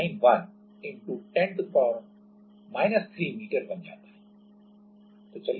तो L 191× metre बन जाता है